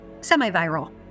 semi-viral